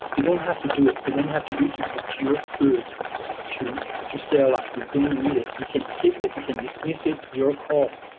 you don't have to do it. you don't have to do it to procure food to to stay alive. you don't need it. you can skip it, you can dismiss it, your call.